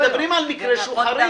אנחנו מדברים על מקרה חריג.